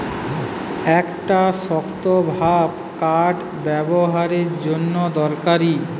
একটা শক্তভাব কাঠ ব্যাবোহারের জন্যে দরকারি